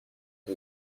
are